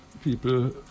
people